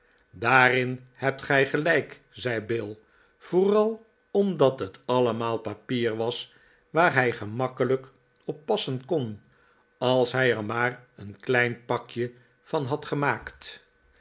daarin hebt gij gelijk zei bill voorai omdat het allemaal papier was waar hij gemakkelijk op passen kon als hij er maar een klein pakje van had gemaakt